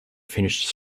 finished